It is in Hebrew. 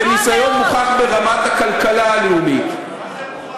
וניסיון מוכח ברמת הכלכלה הלאומית, מה זה מוכח?